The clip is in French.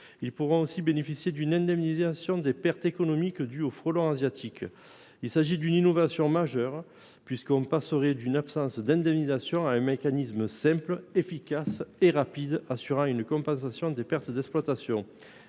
ils pourront aussi bénéficier d’une indemnisation des pertes économiques dues au frelon asiatique. Il s’agit d’une innovation majeure, puisqu’on passerait d’une absence d’indemnisation à un mécanisme simple, efficace et rapide, assurant une compensation des pertes d’exploitation.